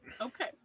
Okay